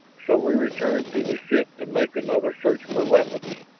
so we returned to the ship to make another search for weapons